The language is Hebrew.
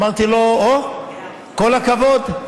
אמרתי לו: אוה, כל הכבוד.